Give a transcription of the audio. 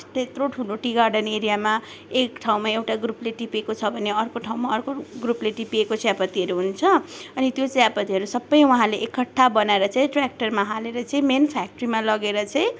त्यत्रो ठुलो tea garden एरियामा एक ठाउँमा एउटा ग्रुपले टिपेको छ भने अर्को ठाउँमा अर्को ग्रुपले टिपिएको चियापत्तीहरू हुन्छ अनि त्यो चियापत्तीहरू सबै उहाँले एकट्ठा बनाएर चाहिँ ट्र्याक्टरमा हालेर चाहिँ मेन फ्याक्ट्रीमा लगेर चाहिँ